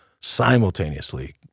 simultaneously